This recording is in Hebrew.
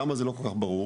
למה זה לא כל כך ברור?